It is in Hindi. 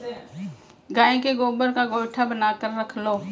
गाय के गोबर का गोएठा बनाकर रख लो